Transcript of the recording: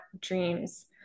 dreams